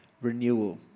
renewal